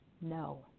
no